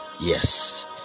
yes